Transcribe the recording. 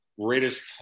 greatest